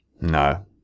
No